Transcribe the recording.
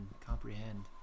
comprehend